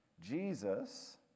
Jesus